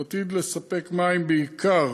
הוא עתיד לספק מים בעיקר,